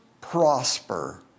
prosper